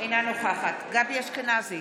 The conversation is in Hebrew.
אינה נוכחת גבי אשכנזי,